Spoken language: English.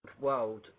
world